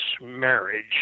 marriage